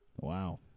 Wow